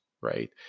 right